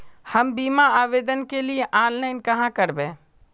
हम बीमा आवेदान के लिए ऑनलाइन कहाँ करबे?